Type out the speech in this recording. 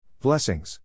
Blessings